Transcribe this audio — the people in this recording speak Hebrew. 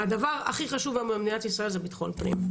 הדבר הכי חשוב היום במדינת ישראל זה ביטחון פנים.